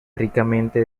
ricamente